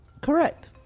Correct